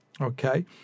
Okay